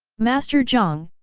master jiang,